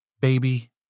baby